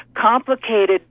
complicated